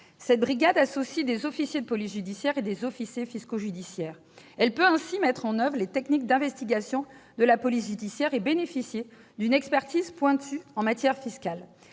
cette brigade associe des officiers de police judiciaire et des officiers fiscaux judiciaires. Elle peut ainsi mettre en oeuvre les techniques d'investigation de la police judiciaire et bénéficier d'une expertise pointue en matière fiscale.